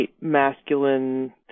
masculine